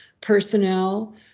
personnel